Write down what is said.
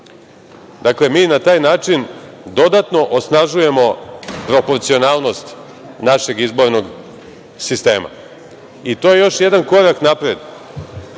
mi na taj način dodatno osnažujemo proporcionalnost našeg izbornog sistema i to je još jedan korak napred